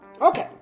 okay